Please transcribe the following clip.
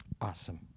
Awesome